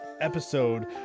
episode